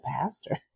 pastor